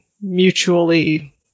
mutually